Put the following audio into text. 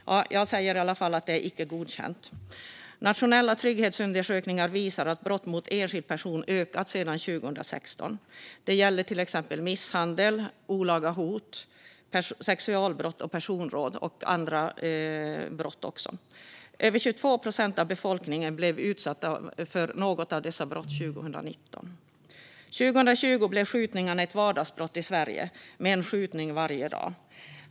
Jag säger att det är icke godkänt. Nationella trygghetsundersökningar visar att brott mot enskilda personer har ökat sedan 2016. Det gäller till exempel misshandel, olaga hot, sexualbrott, personrån och andra brott. Över 22 procent av befolkningen blev utsatt för något av dessa brott under 2019. År 2020 blev skjutningar ett vardagsbrott i Sverige, med en skjutning varje dag.